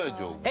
ah go